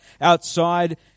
outside